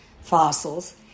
fossils